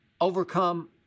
overcome